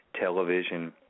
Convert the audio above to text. television